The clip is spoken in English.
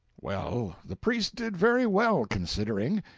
well, the priest did very well, considering.